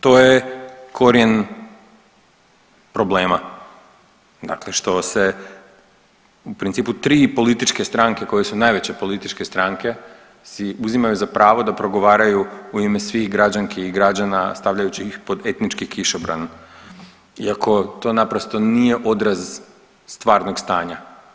To je korijen problem što se u principu tri političke stranke koje su najveće političke stranke si uzimaju za pravo da progovaraju u ime svih građanki i građana stavljajući ih pod etnički kišobran, iako to naprosto nije odraz stvarnog stanja.